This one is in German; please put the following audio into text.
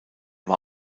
war